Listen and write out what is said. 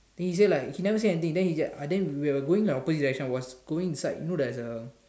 then he say like he never say anything then he say just uh then we are going by the opposite direction I was going beside you know there's a